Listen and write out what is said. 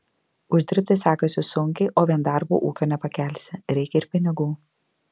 uždirbti sekasi sunkiai o vien darbu ūkio nepakelsi reikia ir pinigų